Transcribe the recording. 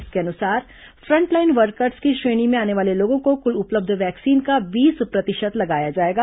इसके अनुसार frontline workers की श्रेणी में आने वाले लोगों को कुल उपलब्ध वैक्सीन का बीस प्रतिशत लगाया जाएगा